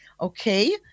okay